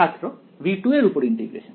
ছাত্র V2 এর উপর ইন্টিগ্রেশন